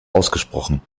ausgesprochen